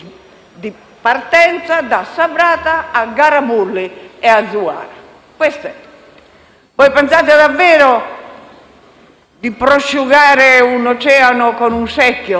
di partenza da Sabratha a Garabulli e a Zuwara. Pensate davvero di prosciugare un oceano con un secchio?